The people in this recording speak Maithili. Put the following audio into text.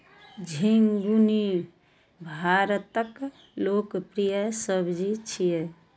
झिंगुनी भारतक लोकप्रिय सब्जी छियै